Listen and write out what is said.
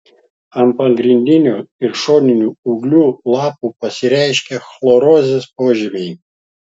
ant pagrindinio ir šoninių ūglių lapų pasireiškia chlorozės požymiai